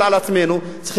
לשאול את עצמנו, למה?